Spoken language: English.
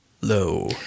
Low